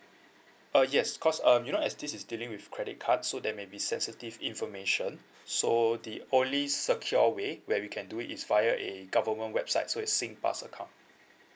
uh yes cause um you know as this is dealing with credit card so there may be sensitive information so the only secure way where we can do it is via a government website so it's singpass account